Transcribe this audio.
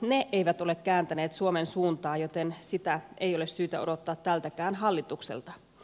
ne eivät ole kääntäneet suomen suuntaa joten sitä ei ole syytä odottaa tältäkään hallitukselta